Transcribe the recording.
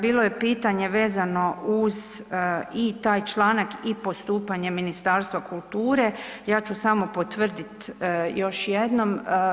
Bilo je pitanje vezano uz i taj članaka i postupanje Ministarstva kulture, ja ću samo potvrditi još jednom.